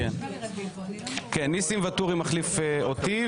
ניסים ואטורי מחליף אותי